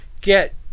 get